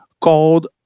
called